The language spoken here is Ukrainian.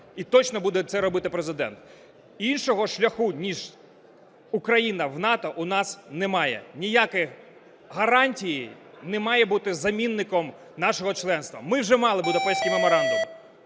і точно буде це робити Президент. Іншого шляху ніж Україна в НАТО у нас немає, ніяких гарантій не має бути замінником нашого членства. Ми вже мали Будапештський меморандум.